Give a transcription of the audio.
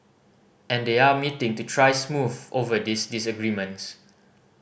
and they are meeting to try smooth over these disagreements